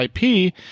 IP